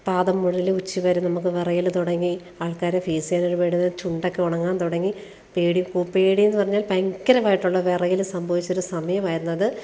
പാദം മുതൽ ഉച്ചി വരെ നമുക്ക് വിറയൽ തുടങ്ങി ആൾക്കാരെ ഫേസ് ചെയ്യാനൊരു പേടി ചുണ്ടൊക്കെ ഉണങ്ങാൻ തുടങ്ങി പേടി പേടിയെന്ന് പറഞ്ഞാൽ ഭയങ്കരമായിട്ടുള്ള വിറയൽ സംഭവിച്ചൊരു സമയമായിരുന്നത്